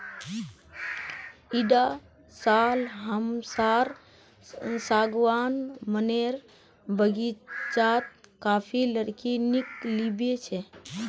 इटा साल हमसार सागवान मनेर बगीचात काफी लकड़ी निकलिबे छे